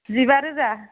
जिबा रोजा